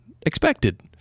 expected